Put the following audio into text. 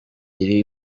iriho